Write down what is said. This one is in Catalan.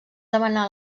demanar